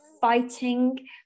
fighting